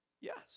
Yes